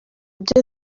byo